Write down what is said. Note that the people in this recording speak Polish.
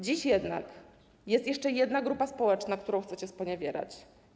Dzisiaj jednak jest jeszcze jedna grupa społeczna, którą chcecie sponiewierać.